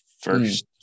first